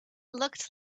looked